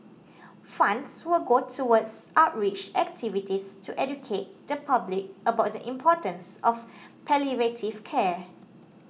funds will go towards outreach activities to educate the public about the importance of palliative care